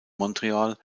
montreal